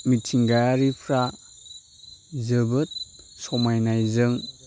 मिथिंगायारिफ्रा जोबोद समायनायजों